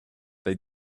they